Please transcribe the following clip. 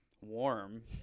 warm